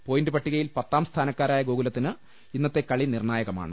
point പട്ടിക യിൽ പത്താം സ്ഥാനക്കാരായ ഗോകുലത്തിന് ഇന്നത്തെ കളി നിർണാ യകമാണ്